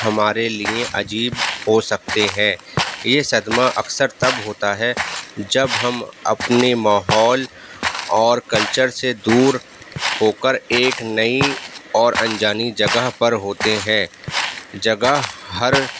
ہمارے لئیں عجیب ہو سکتے ہیں یہ صدمہ اکثر تب ہوتا ہے جب ہم اپنے ماحول اور کلچر سے دور ہو کر ایک نئی اور انجانی جگہ پر ہوتے ہیں جگہ ہر